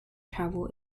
travel